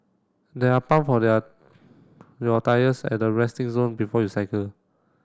there are pump for their your tyres at the resting zone before you cycle